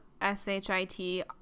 S-H-I-T